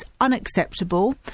unacceptable